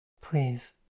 Please